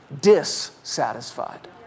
dissatisfied